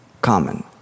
common